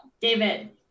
David